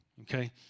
Okay